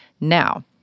Now